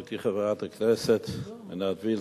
גברתי חברת הכנסת עינת וילף,